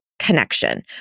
connection